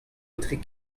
etre